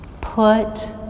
Put